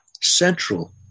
central